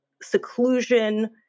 seclusion